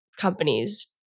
companies